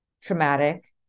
traumatic